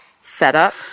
setup